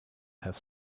have